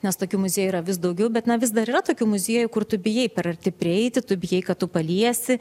nes tokių muziejų yra vis daugiau bet na vis dar yra tokių muziejų kur tu bijai per arti prieiti tu bijai kad tu paliesi